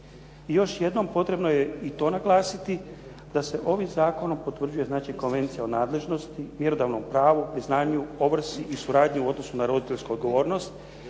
I još jednom, potrebno je i to naglasiti da se ovim zakonom potvrđuje znači konvencija o nadležnosti, mjerodavnom pravu, priznanju, ovrsi i suradnji u odnosu na roditeljsku odgovornost